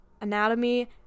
anatomy